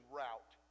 route